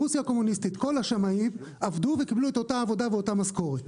ברוסיה הקומוניסטית כל השמאים עבדו וקיבלו את אותה עבודה ואותה משכורת.